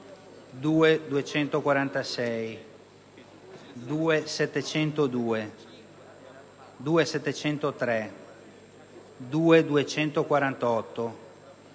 2.246, 2.702, 2.703, 2.248,